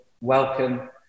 welcome